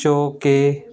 ਚੋਅ ਕੇ